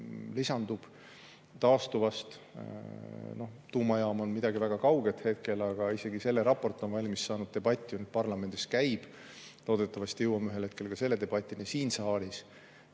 lisandub, no tuumajaam on midagi väga kauget hetkel, aga isegi selle raport on valmis saanud, debatt parlamendis käib. Loodetavasti jõuame ühel hetkel selle debatini ka siin saalis.